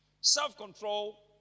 Self-control